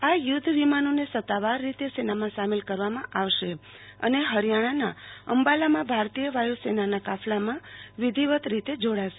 આ યુધ્ધ વિમાનોને સત્તાવાર રીતે સેનામાં સામેલ કરવામાં આવશે અને હરિયાણાના અંબાલામાં ભારતીય વાયુ સેનાના કાફ્લામાં વિધિવત રીતે જોડાશે